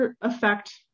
affect